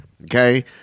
Okay